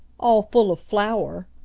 all full of flour.